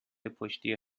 پشتی